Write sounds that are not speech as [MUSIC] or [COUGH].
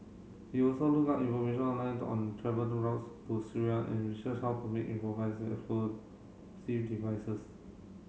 he also looked up information online on travel routes to Syria and researched how to make improvised [UNINTELLIGIBLE] devices